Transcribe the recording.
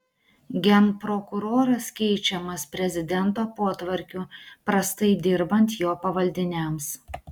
genprokuroras keičiamas prezidento potvarkiu prastai dirbant jo pavaldiniams